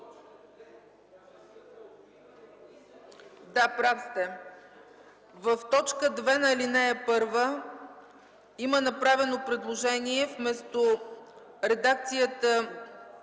Да, прав сте. В т. 2 на ал. 1 има направено предложение вместо редакцията: